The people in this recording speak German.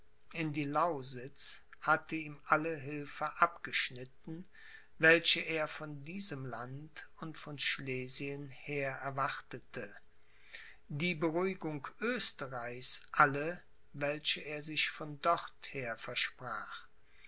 in die lausitz hatte ihm alle hilfe abgeschnitten welche er von diesem land und von schlesien her erwartete die beruhigung oesterreichs alle welche er sich von dorther versprach